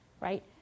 right